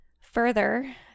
Further